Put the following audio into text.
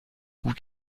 gut